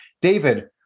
David